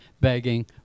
begging